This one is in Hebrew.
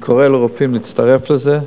ואני קורא לרופאים להצטרף לזה,